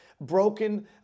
broken